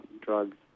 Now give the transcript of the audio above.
drugs